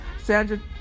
Sandra